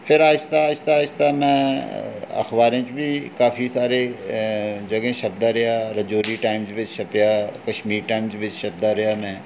फिर आस्तै आस्तै आस्तै में अखबारें च बी काफी सारें जगहें छपदा रेहा रजौरी टाइम्स च बी छपेआ कश्मीर टाइम्स च बी छपदा रेहा में